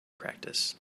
practice